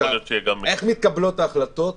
איך מתקבלות ההחלטות